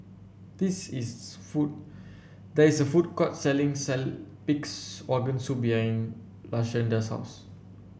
this is food there is a food court selling Pig's Organ Soup behind Lashanda's house